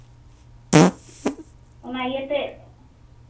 ᱚᱱᱟ ᱤᱭᱟᱹ ᱛᱮ